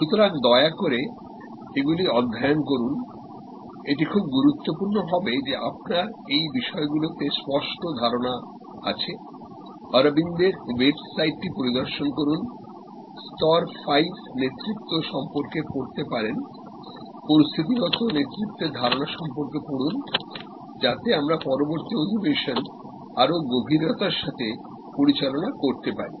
সুতরাং দয়া করে এগুলি অধ্যয়ন করুন এটি খুব গুরুত্বপূর্ণ হবে যে আপনার এই বিষয়গুলোতে স্পষ্ট ধারণা আছে অরবিন্দর ওয়েবসাইটটি পরিদর্শন করুনস্তর 5 নেতৃত্ব সম্পর্কে পড়তে পারেন পরিস্থিতিগত নেতৃত্বের ধারণা সম্পর্কে পড়ুন যাতে আমরা পরবর্তী সেশনগুলিতে আরও গভীরতার সাথে পরিচালনা করতে পারি